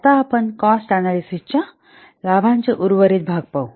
आता आपण cost analysis च्या लाभाचे उर्वरित भाग पाहू